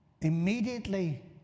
Immediately